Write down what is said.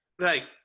Right